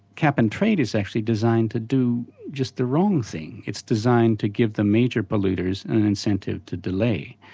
cap and trade is actually designed to do just the wrong thing. it's designed to give the major polluters an incentive to delay.